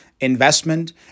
investment